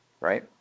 Right